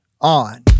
on